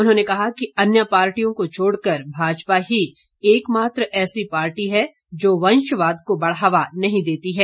उन्होंने कहा कि अन्य पार्टियों को छोड़ कर भाजपा ही एकमात्र ऐसी पार्टी है जो वंशवाद को बढ़ावा नहीं देती है